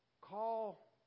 call